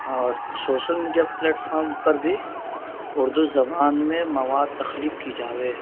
اور social media platform پر بھی اردو زبان میں مواد تخلیق کی جاوے